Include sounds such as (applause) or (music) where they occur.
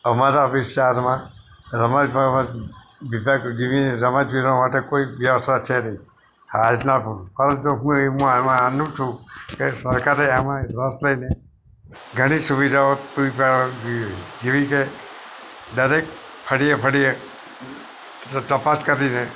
અમારા વિસ્તારમાં રમતગમતની (unintelligible) રમતવીરો માટે કોઈ વ્યવસ્થા છે નહીં (unintelligible) હું એવું માનું છું કે સરકારે આમાં રસ લઈને ઘણી સુવિધાઓ પૂરી પાડવી જોઈએ કે જેવી કે દરેક ફળીએ ફળીએ તપાસ કરીને